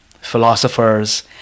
philosophers